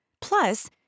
Plus